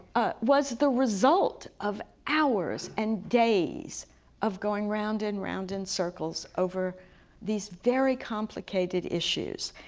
was the result of hours and days of going round and round in circles over these very complicated issues.